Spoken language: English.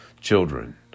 Children